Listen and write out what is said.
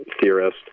theorist